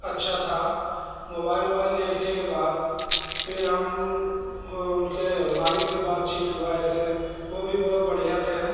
अच्छा था मोबाइल ओबाइल देखने के बाद फिर हम उनके मालिक से बातचीत हुआ ऐसे वो भी बहाुत बढ़िया थे